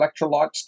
electrolytes